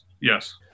yes